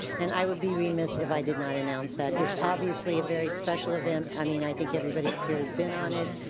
and i would be remise if i did not announce that. it's obviously a very special event. i mean i think everybody up here has been on it.